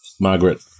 Margaret